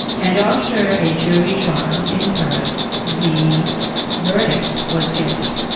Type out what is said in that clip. and after a jury trial in perth the verdict was guilty.